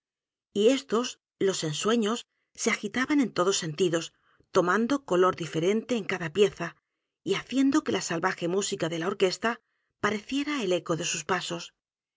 y éstos los ensueños se agitaban en todos sentidos tomando color diferente en edgar poe novelas y cuentos cada pieza y haciendo que la salvaje música de la orquesta pareciera el eco de sus pasos